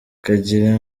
kugira